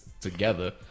together